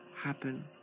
happen